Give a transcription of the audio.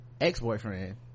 ex-boyfriend